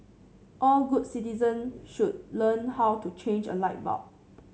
all good citizen should learn how to change a light bulb